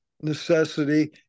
necessity